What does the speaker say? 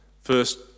first